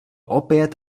opět